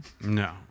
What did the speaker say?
No